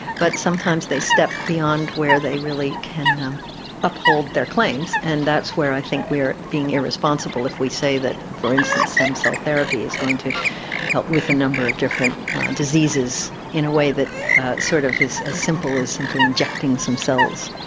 but sometimes they step beyond where they really can uphold their claims, and that's where i think we're being irresponsible if we say that, for instance, stem cell therapy is going to help with a number of different diseases in a way that sort of is as simple as simply injecting some cells.